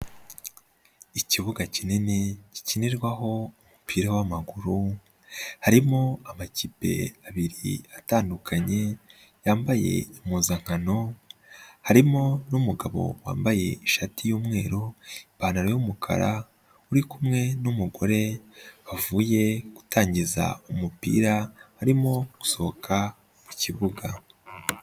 Ikibuga kinini gikinirwaho umupira w'amaguru, harimo amakipe abiri atandukanye yambaye impuzankano, harimo n'umugabo wambaye ishati y'umweru, ipantaro y'umukara, uri kumwe n'umugore bavuye gutangiza umupira barimo gusohoka mu kibuga.